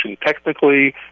technically